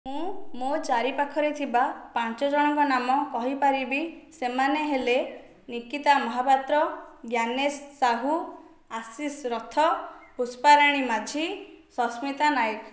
ମୁଁ ମୋ ଚାରି ପାଖରେ ଥିବା ପାଞ୍ଚଜଣଙ୍କ ନାମ କହିପାରିବି ସେମାନେ ହେଲେ ନିକିତା ମହାପାତ୍ର ଜ୍ଞାନେସ ସାହୁ ଆଶିଷ ରଥ ପୁଷ୍ପାରାଣୀ ମାଝୀ ସସ୍ମିତା ନାୟକ